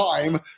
time